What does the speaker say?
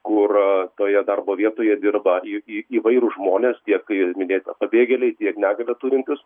kur toje darbo vietoje dirba į į įvairūs žmonės tiek ir minėta pabėgėliai tiek negalią turintys